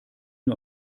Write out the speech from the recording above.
nur